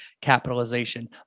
capitalization